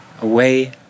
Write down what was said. away